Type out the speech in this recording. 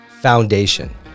foundation